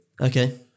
Okay